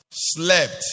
slept